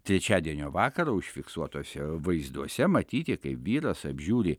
trečiadienio vakarą užfiksuotuose vaizduose matyti kaip vyras apžiūri